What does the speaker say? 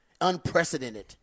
unprecedented